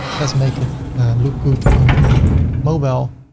let's make it look good on a mobile.